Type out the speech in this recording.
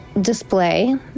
display